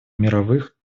мировых